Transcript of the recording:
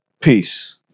peace